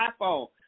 iPhone